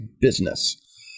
business